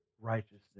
righteousness